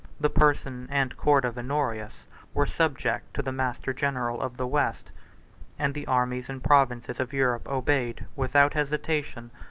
the person and court of honorius were subject to the master-general of the west and the armies and provinces of europe obeyed, without hesitation,